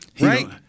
Right